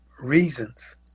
Reasons